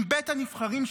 אם בית הנבחרים שלנו,